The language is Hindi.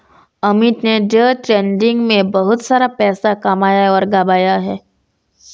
अमित ने डे ट्रेडिंग में बहुत सारा पैसा कमाया और गंवाया है